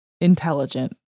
intelligent